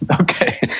Okay